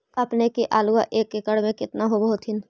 अपने के आलुआ एक एकड़ मे कितना होब होत्थिन?